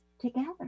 together